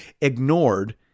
ignored